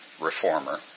reformer